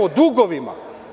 O dugovima.